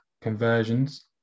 conversions